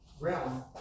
realm